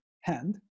hand